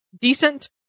decent